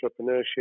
entrepreneurship